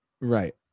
Right